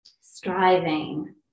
striving